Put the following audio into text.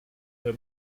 her